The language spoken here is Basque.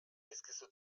dizkizu